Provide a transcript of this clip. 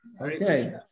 Okay